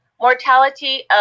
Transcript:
Mortality